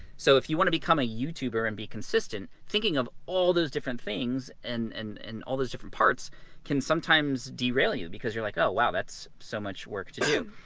so if you wanna become a youtuber, and be consistent thinking of all those different things, and and and all those different parts can sometimes derail you. because you're like, oh, wow, that's so much work to do.